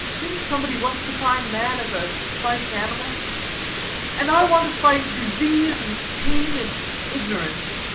didn't somebody once define man as a fighting animal. and i want to fight disease and pain and ignorance.